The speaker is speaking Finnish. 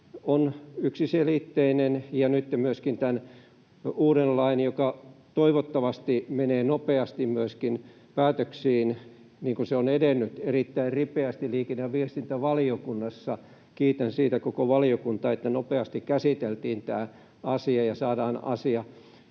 on yksiselitteinen ja nytten myöskin tämä uusi laki, joka toivottavasti menee nopeasti myöskin päätöksiin, niin kuin se onkin edennyt erittäin ripeästi liikenne- ja viestintävaliokunnassa. Kiitän siitä koko valiokuntaa, että nopeasti käsiteltiin tämä asia ja saadaan asia